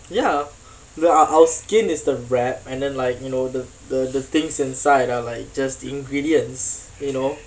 ya the ah our skin is the wrap and then like you know the the the things inside are like just ingredients you know